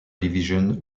division